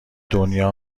دنیا